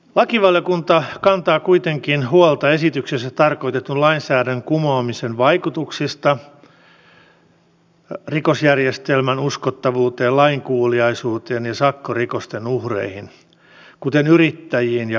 lakivaliokunta kantaa kuitenkin huolta esityksessä tarkoitetun lainsäädännön kumoamisen vaikutuksista rikosjärjestelmän uskottavuuteen lainkuuliaisuuteen ja sakkorikosten uhreihin kuten yrittäjiin ja kaupan alaan